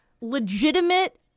legitimate